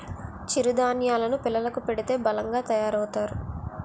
చిరు ధాన్యేలు ను పిల్లలకు పెడితే బలంగా తయారవుతారు